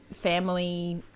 family